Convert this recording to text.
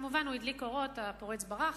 כמובן, הוא הדליק אורות, הפורץ ברח.